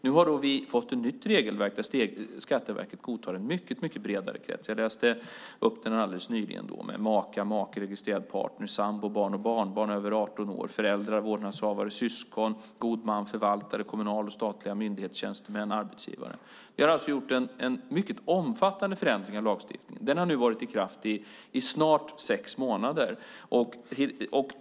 Nu har vi fått ett nytt regelverk där Skatteverket godtar en mycket bredare krets. Jag läste upp den alldeles nyligen: maka, make, registrerad partner, sambo, barn och barnbarn över 18 år, föräldrar, vårdnadshavare, syskon, god man, förvaltare, tjänsteman vid kommunal eller statlig myndighet och arbetsgivare. Vi har alltså gjort en mycket omfattande förändring av lagstiftningen. Den har nu varit i kraft i snart sex månader.